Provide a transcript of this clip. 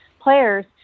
players